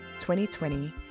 2020